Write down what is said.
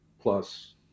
plus